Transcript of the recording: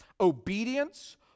obedience